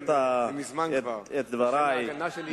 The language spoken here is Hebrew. דברי.